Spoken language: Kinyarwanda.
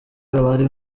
abari